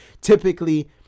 typically